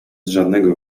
żadnego